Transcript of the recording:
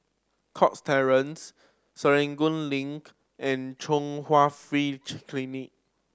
Cox Terrace Serangoon Link and Chung Hwa Free Clinic